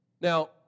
Now